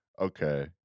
Okay